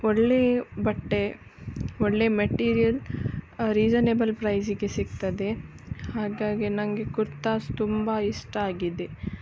ಒಳ್ಳೆಯ ಬಟ್ಟೆ ಒಳ್ಳೆಯ ಮಟೀರಿಯಲ್ ರೀಸನೇಬಲ್ ಪ್ರೈಸಿಗೆ ಸಿಕ್ತದೆ ಹಾಗಾಗಿ ನನಗೆ ಕುರ್ತಾಸ್ ತುಂಬ ಇಷ್ಟ ಆಗಿದೆ